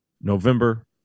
November